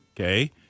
Okay